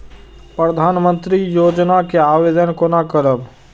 प्रधानमंत्री योजना के आवेदन कोना करब?